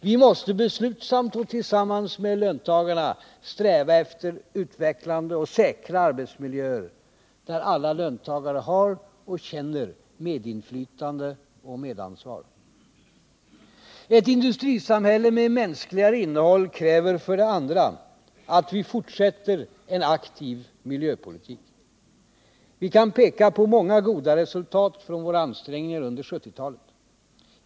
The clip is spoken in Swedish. Vi måste beslutsamt och tillsammans med löntagarna sträva efter utvecklande och säkra arbetsmiljöer, där alla löntagare har och känner medinflytande och medansvar. Ett industrisamhälle med mänskligare innehåll kräver, för det andra, att vi fortsätter en aktiv miljöpolitik. Vi kan peka på många goda resultat från våra ansträngningar under 1970-talet.